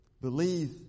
Believe